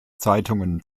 zeitungen